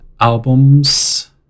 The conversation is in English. albums